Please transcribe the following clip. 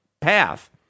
path